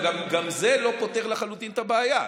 אבל גם זה לא פותר לחלוטין את הבעיה.